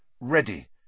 Ready